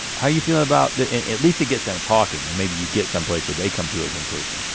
how you feeling about it? at least it gets them talking. and maybe you get someplace where they come to a conclusion.